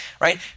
right